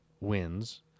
wins